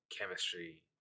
chemistry